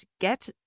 get